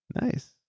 Nice